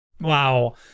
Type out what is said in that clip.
Wow